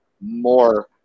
more